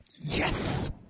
Yes